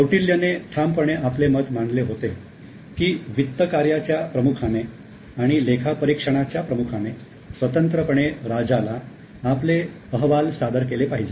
कौटिल्याने ठामपणे आपले मत मांडले होते की वित्त कार्याच्या प्रमुखाने आणि लेखापरीक्षणाच्या प्रमुखाने स्वतंत्रपणे राजाला आपले अहवाल सादर केले पाहिजे